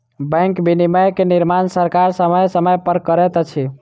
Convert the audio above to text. bank विनियमन के निर्माण सरकार समय समय पर करैत अछि